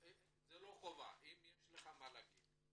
לא חובה, רק אם יש לך מה להוסיף.